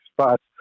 spots